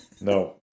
No